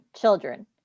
children